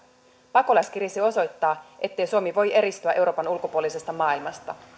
pakolaiskriisi osoittaa ettei suomi voi eristyä euroopan ulkopuolisesta maailmasta